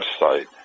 website